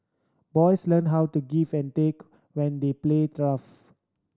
boys learn how to give and take when they play rough